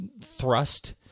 thrust